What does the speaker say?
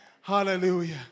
Hallelujah